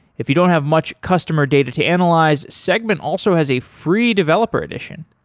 if you don't have much customer data to analyze, segment also has a free developer edition,